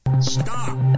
Stop